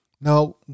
Now